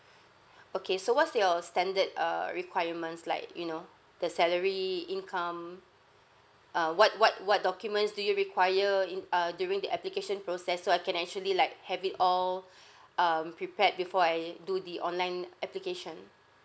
okay so what's your standard err requirements like you know the salary income uh what what what documents do you require in uh during the application process so I can actually like have it all um prepared before I do the online application